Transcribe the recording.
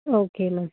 okay ma'am